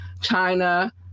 China